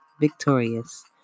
victorious